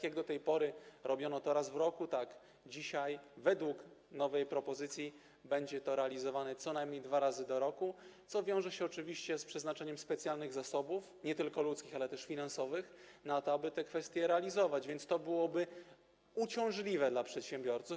Jak do tej pory robiono to raz w roku, tak dzisiaj, według nowej propozycji, będzie to przeprowadzane co najmniej dwa razy w roku, co wiąże się oczywiście z przeznaczeniem specjalnych zasobów, nie tylko ludzkich, ale też finansowych, na to, aby te kwestie realizować, więc to byłoby uciążliwe dla przedsiębiorców.